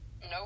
No